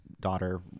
daughter